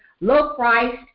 low-priced